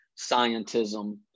scientism